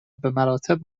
بمراتب